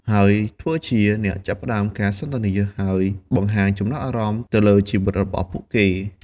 ហើយ ធ្វើជាអ្នកចាប់ផ្តើមការសន្ទនា ហើយបង្ហាញចំណាប់អារម្មណ៍ទៅលើជីវិតរបស់ពួកគេ។